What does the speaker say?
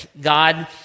God